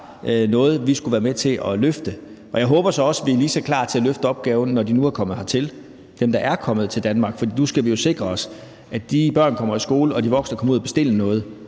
noget, vi skulle være med til at løfte. Jeg håber så også, at vi er lige så klar til at løfte opgaven, når de nu er kommet hertil, altså dem, der er kommet til Danmark. For nu skal vi jo sikre os, at de børn kommer i skole, og at de voksne kommer ud at bestille noget,